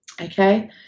okay